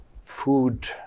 food